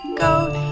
goat